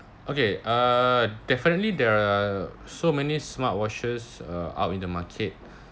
okay uh definitely there are so many smartwatches uh out in the market